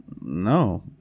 no